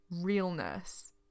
realness